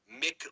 Mick